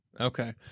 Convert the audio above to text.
okay